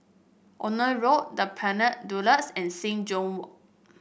Ophir Road The Pinnacle Duxton and Sing Joo Walk